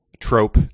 trope